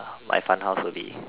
my fun house will be